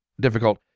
difficult